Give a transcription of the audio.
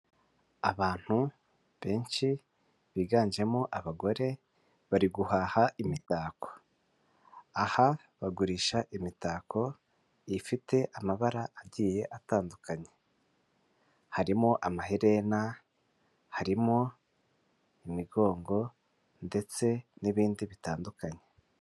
Abantu benshi biganjemo abagore bari guhaha imitako, aha bagurisha imitako ifite amabara agiye atandukanye, harimo amaherena, harimo imigongo, ndetse n'ibindi bitandukanye.